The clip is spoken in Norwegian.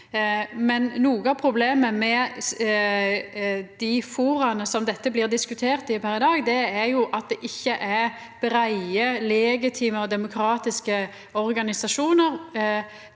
Noko av problemet med dei foruma der dette blir diskutert i dag, er at det ikkje er breie, legitime og demokratiske organisasjonar.